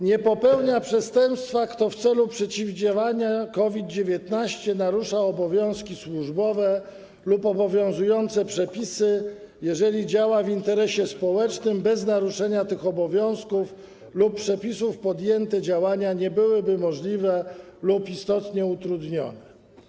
Nie popełnia przestępstwa, kto w celu przeciwdziałania COVID-19 narusza obowiązki służbowe lub obowiązujące przepisy, jeżeli działa w interesie społecznym i bez naruszenia tych obowiązków lub przepisów podjęte działanie nie byłoby możliwe lub byłoby istotnie utrudnione.